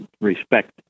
respect